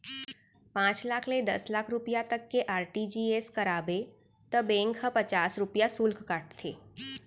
पॉंच लाख ले दस लाख रूपिया तक के आर.टी.जी.एस कराबे त बेंक ह पचास रूपिया सुल्क काटथे